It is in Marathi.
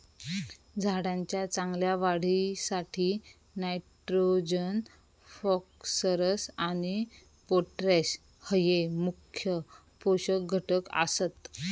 झाडाच्या चांगल्या वाढीसाठी नायट्रोजन, फॉस्फरस आणि पोटॅश हये मुख्य पोषक घटक आसत